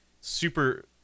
super